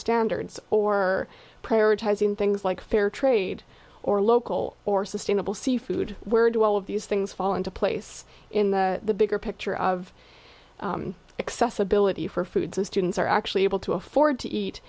standards or prioritizing things like fair trade or local or sustainable seafood where do all of these things fall into place in the bigger picture of accessibility for food so students are actually able to afford to eat